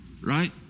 right